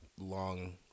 long